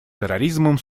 терроризмом